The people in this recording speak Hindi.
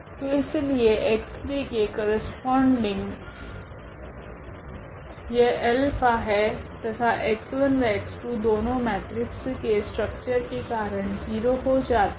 तो इसलिए x3 के करस्पोंडिंग यह अल्फा है तथा x1 व x2 दोनों मेट्रिक्स के स्ट्रक्चर के कारण 0 हो जाते है